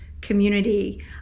community